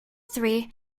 three